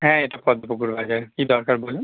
হ্যাঁ এটা পদ্মপুকুর বাজার কী দরকার বলুন